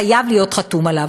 חייב להיות חתום עליו.